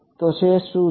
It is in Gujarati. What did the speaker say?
તો શેષ શું છે